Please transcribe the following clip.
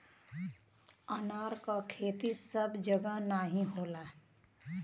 अनार क खेती सब जगह नाहीं होला